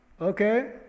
okay